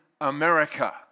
America